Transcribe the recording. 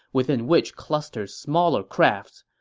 within which clustered smaller crafts.